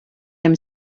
them